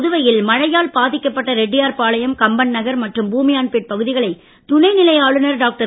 புதுவையில் மழையால் பாதிக்கப்பட்ட ரெட்டியார்பாளையம் கம்பன் நகர் மற்றும் பூமியான்பேட் பகுதிகளை துணைநிலை ஆளுநர் டாக்டர்